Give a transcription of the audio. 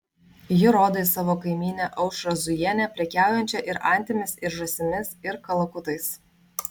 ji rodo į savo kaimynę aušrą zujienę prekiaujančią ir antimis ir žąsimis ir kalakutais